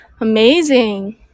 Amazing